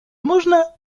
można